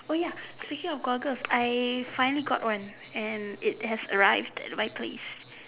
oh ya speaking of goggles I finally got one and it has arrived at my place